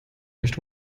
nicht